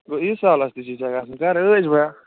گوٚو عیٖذ سالس تہِ چھُے ژےٚ گَژھُن کَر عٲش بیا